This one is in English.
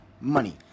money